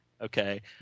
Okay